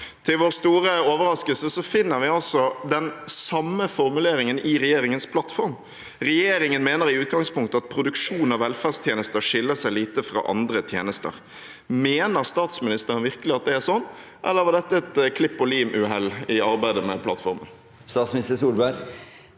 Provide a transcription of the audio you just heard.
Til vår store overraskelse finner vi den samme formuleringen i regjeringens plattform. Regjeringen mener i utgangspunktet at produksjon av velferdstjenester skiller seg lite fra andre tjenester. Mener statsministeren virkelig at det er sånn, eller var dette et klipp-og-lim-uhell under arbeidet med plattformen? Statsminister Erna Solberg